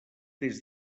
des